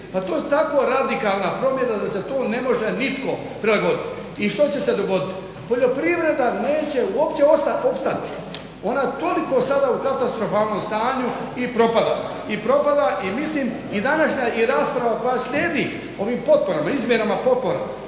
Pa to je tako radikalna promjena da se tu ne može nitko prilagoditi. I što će se dogoditi? Poljoprivreda neće uopće opstati. Ona je toliko sada u katastrofalnom stanju i propada. I mislim i današnja i rasprava koja slijedi ovim potporama, izmjenama potpora,